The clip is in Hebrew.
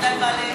בגלל בעלי,